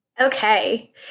Okay